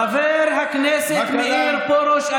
חבר הכנסת מאיר פרוש,